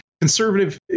conservative